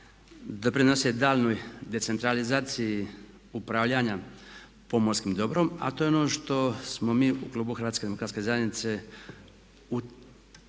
da prinose daljnjoj decentralizaciji upravljanja pomorskim dobrom a to je ono što smo mi u Klubu HDZ-a u prošlom mandatu